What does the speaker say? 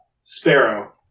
Sparrow